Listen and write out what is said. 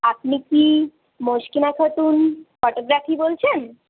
আপনি কি মশকিনা খাতুন ফটোগ্রাফি বলছেন